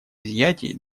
изъятий